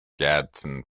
gadsden